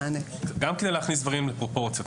גם כדי להכניס דברים לפרופורציות.